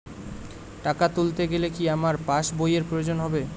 টাকা তুলতে গেলে কি আমার পাশ বইয়ের প্রয়োজন হবে?